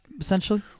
essentially